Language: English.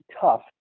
tough